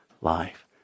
life